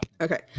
Okay